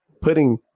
putting